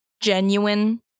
genuine